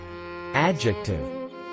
Adjective